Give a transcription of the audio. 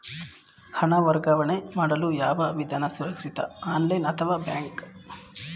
ಹಣ ವರ್ಗಾವಣೆ ಮಾಡಲು ಯಾವ ವಿಧಾನ ಸುರಕ್ಷಿತ ಆನ್ಲೈನ್ ಅಥವಾ ಬ್ಯಾಂಕ್?